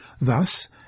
Thus